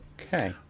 Okay